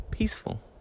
peaceful